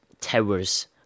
towers